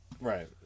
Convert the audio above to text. Right